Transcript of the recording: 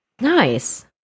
Nice